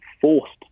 forced